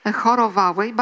chorowały